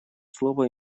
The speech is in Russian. слово